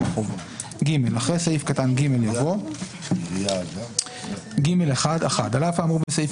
החוב"; אחרי סעיף קטן (ג) יבוא: "(ג1) (1) על אף האמור בסעיף